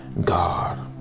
God